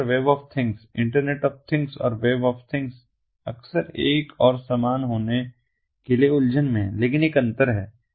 IoT और web of things internet of things और web of things अक्सर एक और समान होने के लिए उलझन में हैं लेकिन एक अंतर है